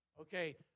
Okay